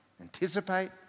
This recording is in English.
anticipate